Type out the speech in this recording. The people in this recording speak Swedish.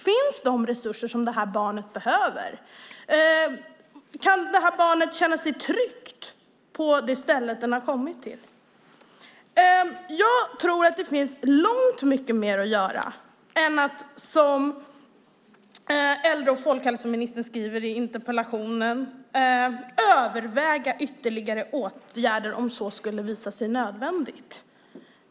Finns de resurser barnet behöver? Kan barnet känna sig tryggt på det ställe det kommit till? Jag tror att det finns långt mycket mer att göra än att som äldre och folkhälsoministern skriver i interpellationen överväga ytterligare åtgärder om så skulle visa sig nödvändigt.